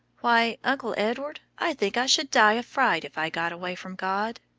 why, uncle edward, i think i should die of fright if i got away from god.